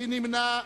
מי נמנע?